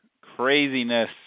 Craziness